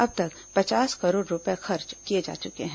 अब तक पचास करोड़ रूपये खर्च किए जा चुके हैं